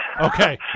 Okay